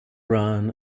run